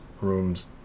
room's